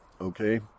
okay